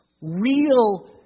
real